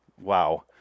Wow